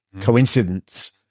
coincidence